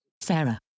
Sarah